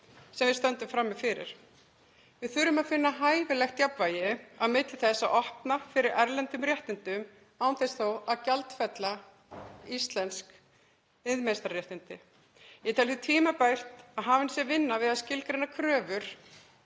sem við stöndum frammi fyrir. Við þurfum að finna hæfilegt jafnvægi á milli þess að opna fyrir erlendum réttindum án þess þó að gjaldfella íslensk iðnmeistararéttindi. Ég tel því tímabært að hafin verði vinna við að skilgreina kröfur